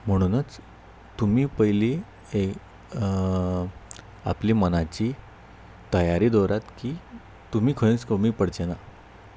म्हणुनच तुमी पयली एक आपली मनाची तयारी दवरात की तुमी खंयच कमी पडचे ना